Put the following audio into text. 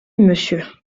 monsieur